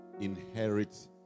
inherit